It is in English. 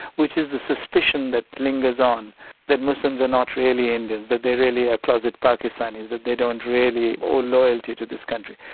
which is the suspicion that lingers on that muslims are not really indians, that they really are closet pakistanis, that they don't really owe loyalty to this country,